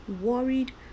worried